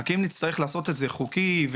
רק שאם נצטרך לעשות את זה באופן חוקי ובטיחותי